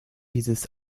dieses